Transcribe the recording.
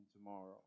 tomorrow